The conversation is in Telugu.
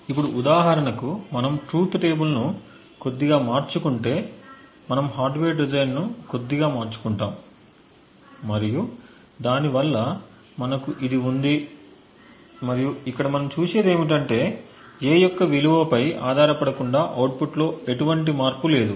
ఇప్పుడు ఉదాహరణకు మనము ట్రూత్ టేబుల్ను కొద్దిగా మార్చుకుంటే మనం హార్డ్వేర్ డిజైన్ను కొద్దిగా మార్చుకుంటాము మరియు దానివల్ల మనకు ఇది ఉంది మరియు ఇక్కడ మనం చూసేది ఏమిటంటే A యొక్క విలువ పై ఆధారపడకుండా అవుట్పుట్లో ఎటువంటి మార్పు లేదు